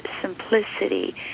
simplicity